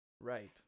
Right